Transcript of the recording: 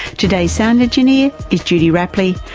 today's sound engineer is judy rapley.